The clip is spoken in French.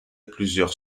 plusieurs